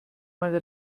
mal